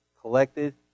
collected